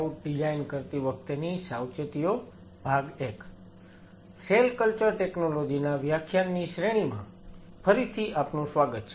ઉટ design કરતી વખતેની સાવચેતીઓ I સેલ કલ્ચર ટેકનોલોજી ના વ્યાખ્યાનની શ્રેણીમાં ફરીથી આપનું સ્વાગત છે